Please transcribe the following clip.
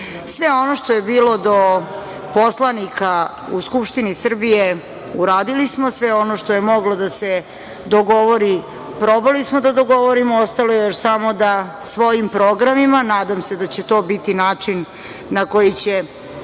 ono što je bilo do poslanika u Skupštini Srbije uradili smo, sve ono što je moglo da se dogovori probali smo da dogovorimo, ostalo je još samo da svojim programima, nadam se da će to biti način na koji će